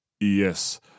Yes